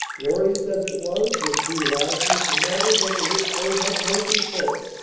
glorious as it was, was due largely to matters over which they had no control.